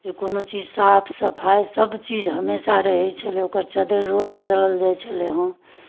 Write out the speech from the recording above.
जे कोनो चीज साफ सफाइ सभचीज हमेशा रहैत छलय ओकर चद्दरि रोज बदलल जाइ छलै हँ